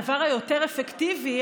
הדבר היותר-אפקטיבי,